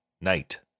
night